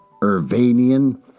Irvanian